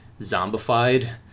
zombified